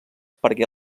perquè